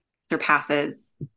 surpasses